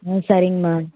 ம் சரிங்கம்மா